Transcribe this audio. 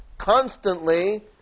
Constantly